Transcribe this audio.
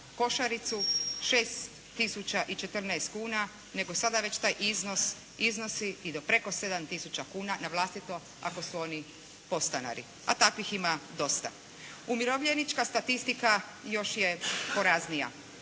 košaricu 6 tisuća i 14 kuna nego sada već taj iznos iznosi i do preko 7 tisuća kuna, navlastito ako su oni podstanari. A takvih ima dosta. Umirovljenička statistika još je poraznija.